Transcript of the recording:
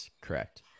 correct